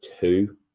two